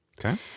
Okay